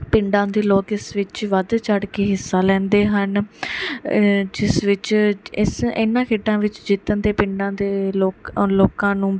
ਪਿੰਡਾਂ ਦੇ ਲੋਕ ਇਸ ਵਿੱਚ ਵੱਧ ਚੜ੍ਹ ਕੇ ਹਿੱਸਾ ਲੈਂਦੇ ਹਨ ਜਿਸ ਵਿੱਚ ਇਸ ਇਹਨਾਂ ਖੇਡਾਂ ਵਿੱਚ ਜਿੱਦਣ ਦੇ ਪਿੰਡਾਂ ਦੇ ਲੋਕ ਲੋਕਾਂ ਨੂੰ